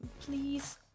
please